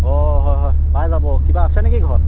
অঁ হয় হয় পাই যাব কিবা আছেনে কি ঘৰত